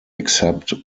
except